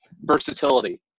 versatility